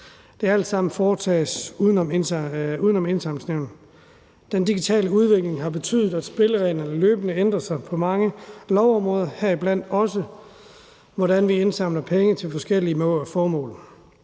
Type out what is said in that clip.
alt sammen uden om Indsamlingsnævnet. Den digitale udvikling har betydet, at spillereglerne løbende ændrer sig på mange lovområder, heriblandt også hvordan vi indsamler penge til forskellige formål.